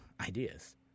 ideas